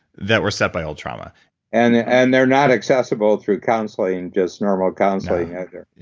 that were set by old trauma and and they're not accessible through counseling, just normal counseling, either no.